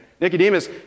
Nicodemus